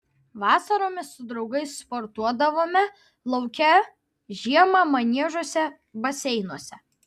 vasaromis su draugais sportuodavome lauke žiemą maniežuose baseinuose